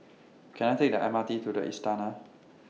Can I Take The M R T to The Istana